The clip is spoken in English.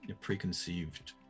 preconceived